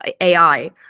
AI